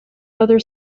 other